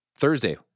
Thursday